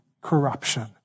corruption